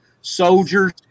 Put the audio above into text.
soldiers